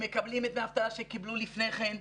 הם מקבלים את דמי האבטלה שקיבלו לפני כן.